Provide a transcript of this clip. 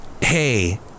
Hey